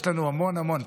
יש לנו המון, המון.